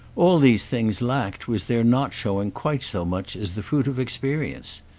all these things lacked was their not showing quite so much as the fruit of experience.